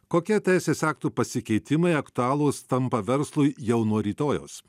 kokie teisės aktų pasikeitimai aktualūs tampa verslui jau nuo rytojaus